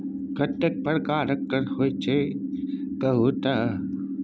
कतेक प्रकारक कर होइत छै कहु तए